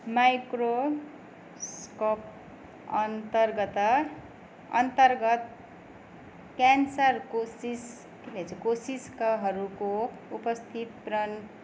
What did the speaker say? microscope अन्तर्गत अन्तर्गत क्यान्सरको कोसिस कोषिकाहरूको उपस्थित प्रन प्रणागत फैलावटलाई देखाउने अर्को मापक हो